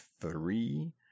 three